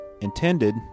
intended